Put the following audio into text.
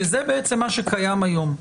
שזה בעצם מה שקיים היום.